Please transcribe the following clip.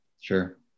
Sure